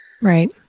Right